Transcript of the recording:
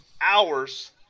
hours